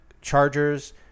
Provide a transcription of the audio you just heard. chargers